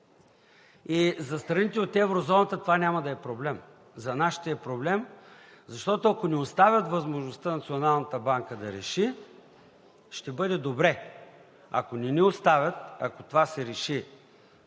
и за страните от еврозоната това няма да е проблем. За нас ще е проблем, защото, ако ни оставят възможността Националната банка да реши, ще бъде добре, ако не ни оставят, ако това се реши